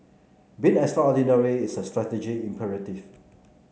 being extraordinary is a strategic imperative